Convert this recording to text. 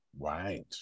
Right